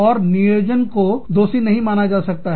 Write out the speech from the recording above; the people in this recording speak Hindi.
और नियोजन को दोषी नहीं माना जा सकता है